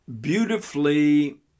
Beautifully